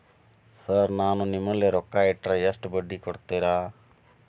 Sir ನಾನು ನಿಮ್ಮಲ್ಲಿ ರೊಕ್ಕ ಇಟ್ಟರ ಎಷ್ಟು ಬಡ್ಡಿ ಕೊಡುತೇರಾ?